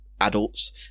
adults